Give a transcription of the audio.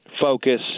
focus